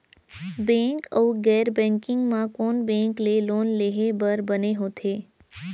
Bank अऊ गैर banking म कोन बैंक ले लोन लेहे बर बने होथे?